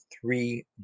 three